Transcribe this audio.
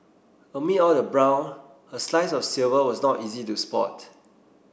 amid all the brown a slice of silver was not easy to spot